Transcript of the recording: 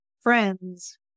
friends